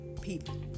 people